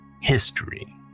History